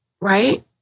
right